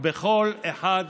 בכל אחד ואחד.